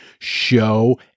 show